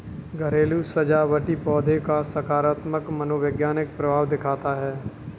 घरेलू सजावटी पौधों का सकारात्मक मनोवैज्ञानिक प्रभाव दिखता है